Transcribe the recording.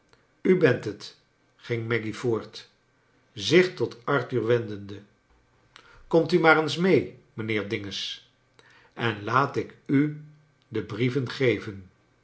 u bent t ging maggy voort zich tot arthur wendende kom u maar eens mee mijnheer dinges en laat ik u de brieven geven